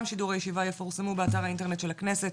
שידורי הישיבה יפורסמו באתר האינטרנט של הכנסת.